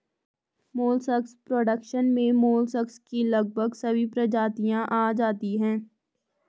molluscs production में molluscs की लगभग सभी प्रजातियां आ जाती हैं